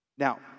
Now